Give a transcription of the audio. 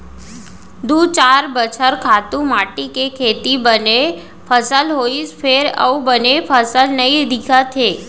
दू चार बछर खातू माटी के सेती बने फसल होइस फेर अब बने फसल नइ दिखत हे